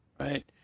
right